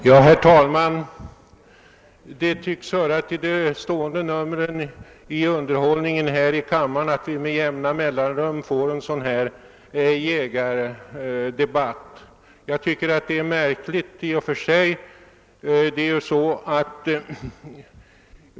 Herr talman! En sådan här jägardebatt tycks höra till de stående numren i underhållningen här i kammaren. Den återkommer med jämna mellanrum. Jag tycker att detta är märkligt.